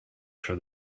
for